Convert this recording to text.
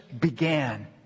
began